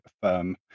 firm